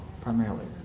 primarily